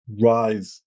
rise